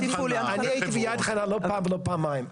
אני הייתי ביד חנה לא פעם ולא פעמיים,